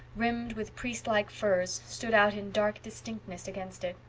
rimmed with priest-like firs, stood out in dark distinctness against it.